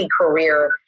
career